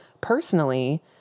Personally